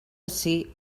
ací